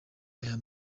aya